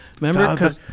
Remember